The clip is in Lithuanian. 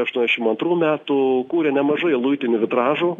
aštuoniasdešim antrų metų kūrė nemažai luitinių vitražų